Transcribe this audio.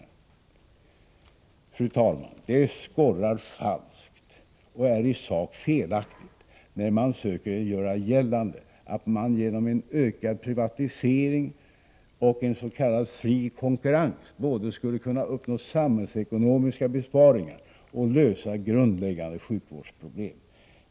Fru talman! Det skorrar falskt och är i sak felaktigt när man söker göra gällande att man genom en ökad privatisering och en s.k. fri konkurrens både skulle kunna uppnå samhällsekonomiska besparingar och lösa grundläggande sjukvårdsproblem.